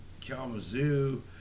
Kalamazoo